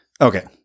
Okay